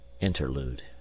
interlude